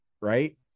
right